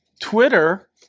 Twitter